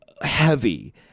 heavy